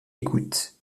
écoute